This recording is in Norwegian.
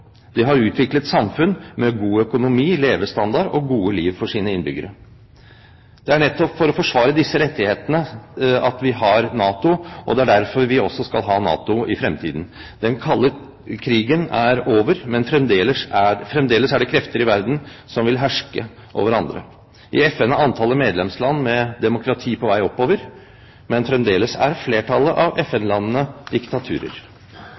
har utviklet samfunn med god økonomi, levestandard og gode liv for innbyggerne. Det er nettopp for å forsvare disse rettighetene vi har NATO, og det er derfor vi også skal ha NATO i fremtiden. Den kalde krigen er over, men fremdeles er det krefter i verden som vil herske over andre. I FN er antallet medlemsland med demokrati på vei oppover, men fremdeles er flertallet av FN-landene diktaturer.